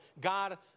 God